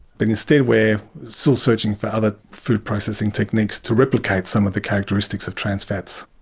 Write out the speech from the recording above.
but instead, we're still searching for other food processing techniques to replicate some of the characteristics of trans fats.